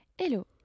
Hello